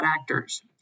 actors